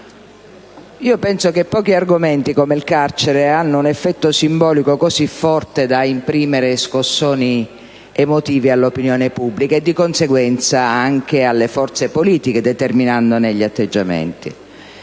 Io penso che pochi argomenti come il carcere hanno un effetto simbolico così forte da imprimere scossoni emotivi all'opinione pubblica e, di conseguenza, anche alle forze politiche, determinandone gli atteggiamenti.